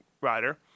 rider